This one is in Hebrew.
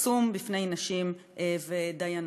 חסום בפני נשים ודיינות.